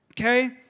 okay